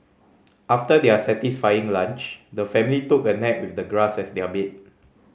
after their satisfying lunch the family took a nap with the grass as their bed